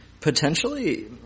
Potentially